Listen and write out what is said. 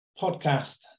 podcast